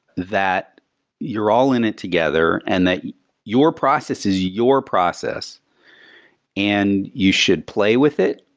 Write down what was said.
that you're all in it together and that your process is your process and you should play with it,